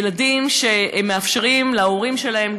ילדים שמאפשרים להורים שלהם,